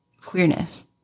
queerness